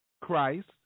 christ